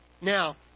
Now